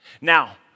Now